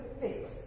fix